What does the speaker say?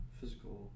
physical